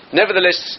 nevertheless